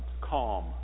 calm